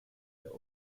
der